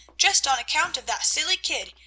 just on account of that silly kid,